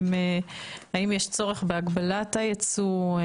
לגבי האם יש צורך בהגבלת הייצוא?